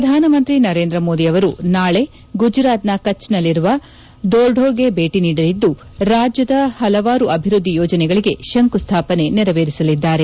ಪ್ರಧಾನಮಂತಿ ನರೇಂದ ಮೋದಿ ಅವರು ನಾಳೆ ಗುಜರಾತ್ನ ಕಚ್ನಲ್ಲಿರುವ ಧೋರ್ಡೊಗೆ ಭೇಟಿ ನೀಡಲಿದ್ದು ರಾಜ್ಯದ ಹಲವಾರು ಅಭಿವ್ವದ್ದಿ ಯೋಜನೆಗಳಿಗೆ ಶಂಕುಸ್ಲಾಪನೆ ನೆರವೇರಿಸಲಿದ್ದಾರೆ